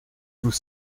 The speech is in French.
vous